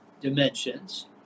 dimensions